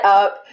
up